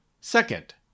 Second